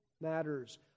matters